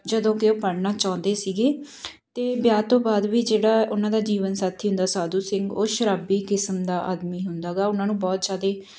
ਜਦੋਂ ਕਿ ਉਹ ਪੜ੍ਹਨਾ ਚਾਹੁੰਦੇ ਸੀਗੇ ਅਤੇ ਵਿਆਹ ਤੋਂ ਬਾਅਦ ਵੀ ਜਿਹੜਾ ਉਹਨਾਂ ਦਾ ਜੀਵਨ ਸਾਥੀ ਹੁੰਦਾ ਸਾਧੂ ਸਿੰਘ ਉਹ ਸ਼ਰਾਬੀ ਕਿਸਮ ਦਾ ਆਦਮੀ ਹੁੰਦਾ ਗਾ ਉਹਨਾਂ ਨੂੰ ਬਹੁਤ ਜ਼ਿਆਦਾ